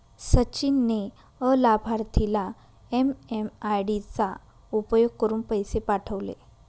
सचिन ने अलाभार्थीला एम.एम.आय.डी चा उपयोग करुन पैसे पाठवले